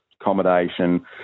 accommodation